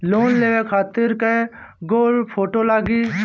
Loan लेवे खातिर कै गो फोटो लागी?